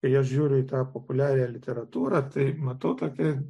kai aš žiūriu į tą populiarią literatūrą tai matau tokį